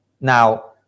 Now